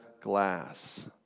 glass